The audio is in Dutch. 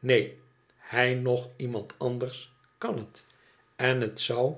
neen hij noch iemand anders kan het en het zou